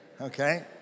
Okay